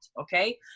okay